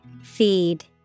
Feed